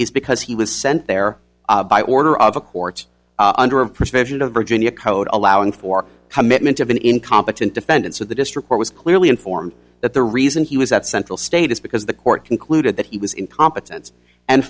is because he was sent there by order of a court under a provision of virginia code allowing for commitment of an incompetent defendants of the district court was clearly informed that the reason he was at central state is because the court concluded that he was incompetent and